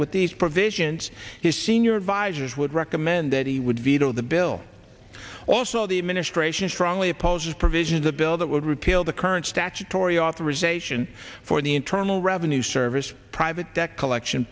with these provisions his senior advisers would recommend that he would veto the bill also the administration strongly opposes provisions a bill that would repeal the current statutory authorization for the internal revenue service private debt collection